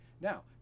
Now